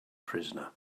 prisoner